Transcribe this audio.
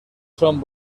son